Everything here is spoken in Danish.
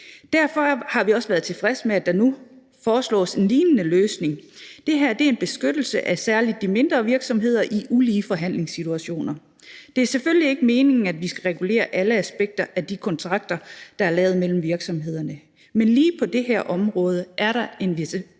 Derfor har vi også været tilfredse med, at der nu foreslås en lignende løsning. Det her er en beskyttelse af særlig de mindre virksomheder i ulige forhandlingssituationer. Det er selvfølgelig ikke meningen, at vi skal regulere alle aspekter af de kontrakter, der er lavet mellem virksomhederne, men lige på det her område er der en række